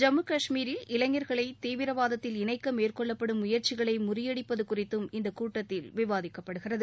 ஜம்மு கஷ்மீரில் இளைஞர்களை தீவிரவாதத்தில் இளைக்க மேற்கொள்ளப்படும் முயற்சிகளை முறியடிப்பது குறித்தும் இந்த கூட்டத்தில் விவாதிக்கப்படுகிறது